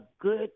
good